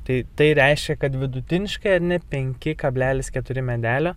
tai tai reiškia kad vidutiniškai ar ne penki kablelis keturi medelio